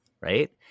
Right